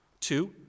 Two